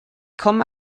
komme